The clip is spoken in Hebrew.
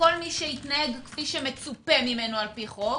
כול מי שהתנהג כפי שמצופה ממנו על פי חוק,